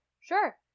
Sure